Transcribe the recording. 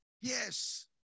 Yes